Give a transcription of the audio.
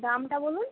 দামটা বলুন